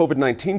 COVID-19